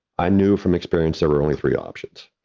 i knew from experience there were only three options.